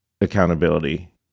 accountability